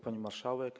Pani Marszałek!